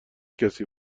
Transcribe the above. کسی